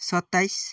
सत्ताइस